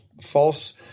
false